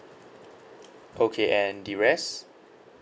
okay and the rest